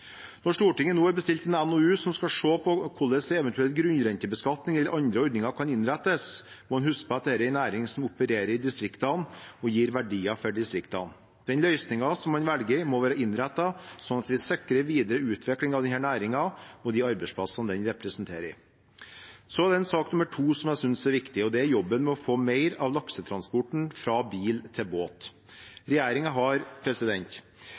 Når Stortinget nå har bestilt en NOU som skal se på hvordan eventuell grunnrentebeskatning eller andre ordninger kan innrettes, må man huske på at dette er en næring som opererer i distriktene og gir verdier for distriktene. Den løsningen man velger, må være innrettet slik at vi sikrer videre utvikling av denne næringen og de arbeidsplassene som den representerer. En annen sak som jeg synes er viktig, er jobben med å få mer av laksetransporten fra bil til båt. Regjeringen har